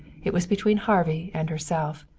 it was between harvey and herself.